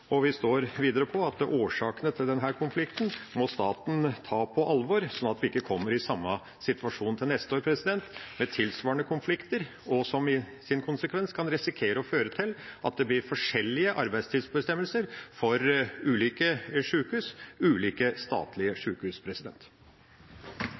alvor, sånn at vi ikke kommer i samme situasjon til neste år, med tilsvarende konflikter, som i sin konsekvens kan risikere å føre til at det blir forskjellige arbeidstidsbestemmelser for ulike sjukehus – ulike statlige